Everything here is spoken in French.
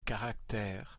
caractère